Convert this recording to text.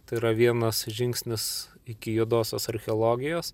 tai yra vienas žingsnis iki juodosios archeologijos